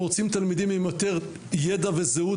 אנחנו רוצים תלמידים עם יותר ידע וזהות,